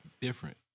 Different